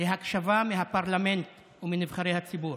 להקשבה של הפרלמנט ושל נבחרי הציבור.